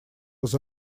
was